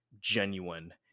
genuine